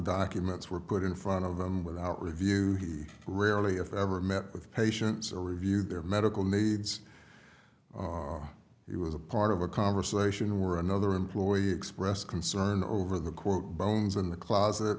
documents were put in front of them without review he rarely if ever met with patients or reviewed their medical needs he was a part of a conversation where another employee expressed concern over the quote bones in the closet